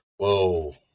Whoa